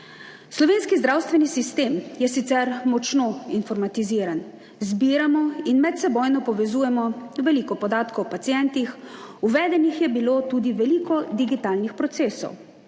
Slovenski zdravstveni sistem je sicer močno informatiziran. Zbiramo in medsebojno povezujemo veliko podatkov o pacientih, uvedenih je bilo tudi veliko digitalnih procesov,